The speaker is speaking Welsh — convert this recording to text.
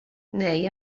neu